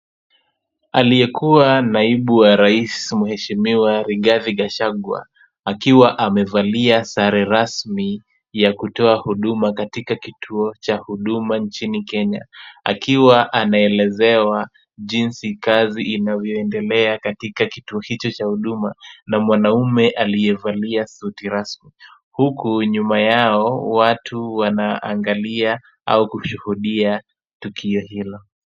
Aliyekuwa naibu wa rais mheshimiwa Rigathi Gachagua, akiwa amevalia sare rasmi ya kutoa huduma katika kituo cha huduma nchini Kenya, akiwa anaelezewa jinsi kazi inavyoendelea katika kituo hicho cha huduma na mwanaume aliyevalia suti rasmi, huku nyuma yao watu wanaangalia au kushuhudia tukio hilo.